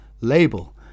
label